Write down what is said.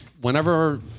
whenever